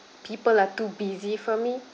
people are too busy for me